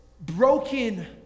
broken